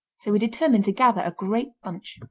so he determined to gather a great bunch.